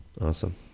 Awesome